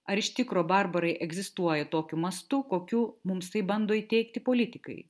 ar iš tikro barbarai egzistuoja tokiu mastu kokiu mums taip bando įteigti politikai